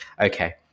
Okay